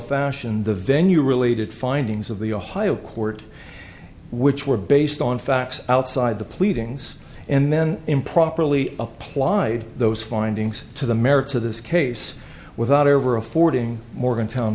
fashion the venue related findings of the ohio court which were based on facts outside the pleadings and then improperly applied those findings to the merits of this case without ever affording morgantown